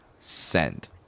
Send